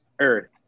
earth